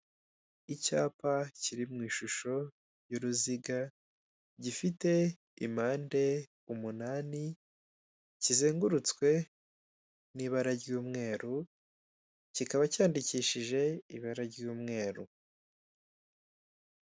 Icyapa kiri mu ishusho y'uruziga, gifite impande umunani, kizengurutswe n'ibara ry'umweru, kikaba cyandikishije ibara ry'umweru.